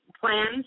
plans